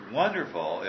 wonderful